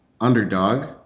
underdog